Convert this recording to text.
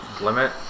limit